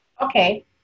Okay